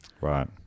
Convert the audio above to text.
Right